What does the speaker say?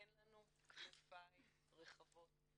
אין לנו כתפיים רחבות.